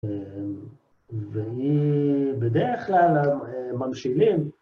ובדרך כלל הממשילים.